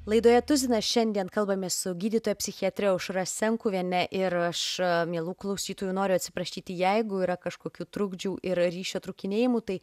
laidoje tuzinas šiandien kalbamės su gydytoja psichiatre aušra senkuviene ir aš mielų klausytojų noriu atsiprašyti jeigu yra kažkokių trukdžių yra ryšio trūkinėjimų tai